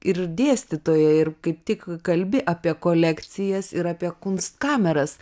ir dėstytoja ir kaip tik kalbi apie kolekcijas ir apie kunstkameras